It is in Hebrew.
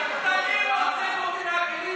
פשיסטים מוציאים אותי מהכלים.